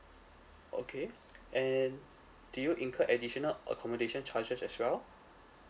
okay and do you incurred additional accommodation charges as well